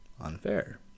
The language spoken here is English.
unfair